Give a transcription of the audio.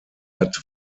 hat